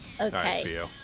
okay